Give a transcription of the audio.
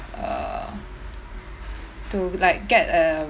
err to like get a